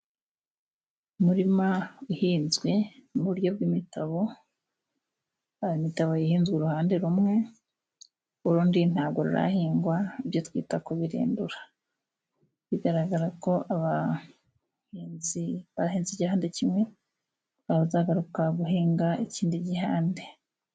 Umurima uhinzwe mu buryo bw'imitabo, imitabo ihinzwe uruhande rumwe urundi nta rurahingwa ibyo twita kubibirindura, bigaragara ko abahinzi bahinze igihande kimwe bazagaruka guhinga ikindi gihande.